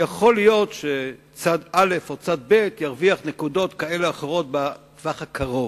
יכול להיות שצד א' או צד ב' ירוויח נקודות כאלה או אחרות בטווח הקרוב.